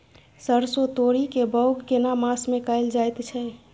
सरसो, तोरी के बौग केना मास में कैल जायत छै?